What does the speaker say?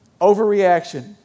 overreaction